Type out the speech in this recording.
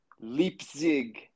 Leipzig